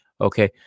Okay